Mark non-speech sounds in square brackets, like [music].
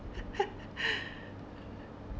[laughs]